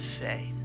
faith